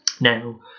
Now